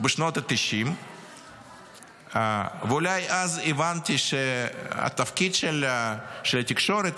אולי אז הבנתי שהתפקיד של התקשורת,